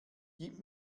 gib